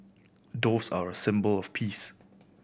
doves are a symbol of peace